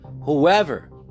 whoever